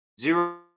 zero